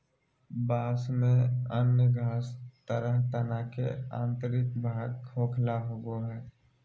बाँस में अन्य घास के तरह तना के आंतरिक भाग खोखला होबो हइ